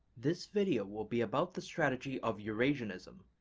this video will be about the strategy of eurasianism,